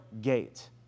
gate